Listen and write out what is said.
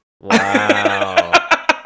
Wow